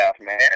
man